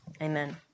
amen